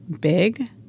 big